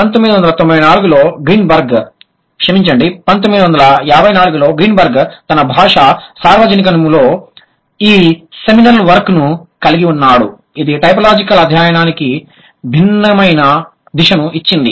1994 లో గ్రీన్బెర్గ్ క్షమించండి 1954 లో గ్రీన్బెర్గ్ తన భాషా సార్వజనికములో ఈ సెమినల్ వర్క్ ను కలిగి ఉన్నాడు ఇది టైపోలాజికల్ అధ్యయనానికి భిన్నమైన దిశను ఇచ్చింది